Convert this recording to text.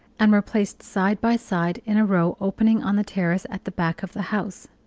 and were placed side by side in a row opening on the terrace at the back of the house.